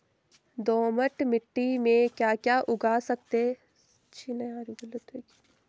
दोमट मिट्टी में म ैं क्या क्या उगा सकता हूँ?